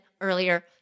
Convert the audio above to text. earlier